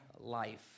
Life